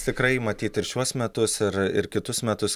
tikrai matyt ir šiuos metus ir ir kitus metus